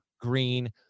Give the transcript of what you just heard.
Green